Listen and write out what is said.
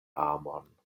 amon